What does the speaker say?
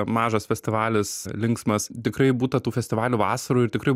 mažas festivalis linksmas tikrai būta tų festivalių vasarų ir tikrai